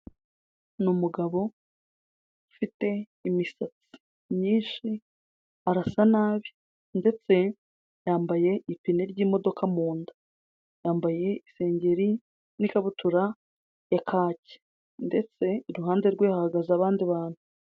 Ni umugabo ufite imisatsi myinshi, arasa nabi ndetse yambaye ipine ry'imodoka mu nda. Yambaye isengeri n'ikabutura ya kake ndetse iruhande rwe hahagaze abandi bantu.